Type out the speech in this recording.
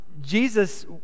Jesus